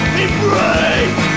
embrace